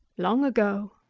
long ago.